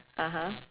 (uh huh)